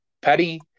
Paddy